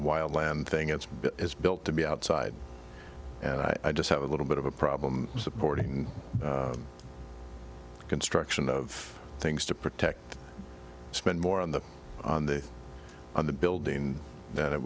wild land thing it's is built to be outside and i just have a little bit of a problem supporting construction of things to protect spend more on the on the on the building that it